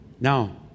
now